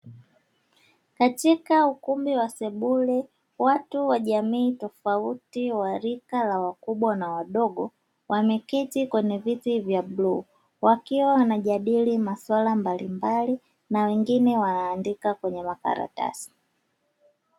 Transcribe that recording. Katika ukumbi wa sebule watu wa jamii tofauti wa rika la wakubwa na wadogo wameketi kwenye viti vya bluu, wakiwa wanajadili masuala mbalimbali na wengine wanaandika kwenye makaratasi.